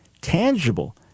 tangible